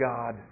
God